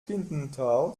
clinton